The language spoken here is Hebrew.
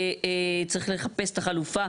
צריך לחפש את החלופה,